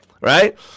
Right